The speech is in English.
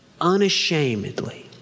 unashamedly